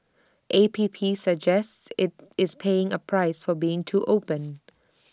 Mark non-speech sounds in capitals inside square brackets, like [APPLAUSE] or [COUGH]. A P P suggests IT it's paying A price for being too open [NOISE]